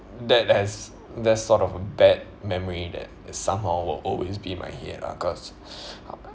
that has that sort of a bad memory that is somehow will always be in my head lah cause